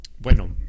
bueno